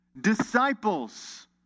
Disciples